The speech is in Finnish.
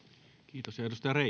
kiitos